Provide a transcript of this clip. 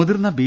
മുതിർന്ന ബി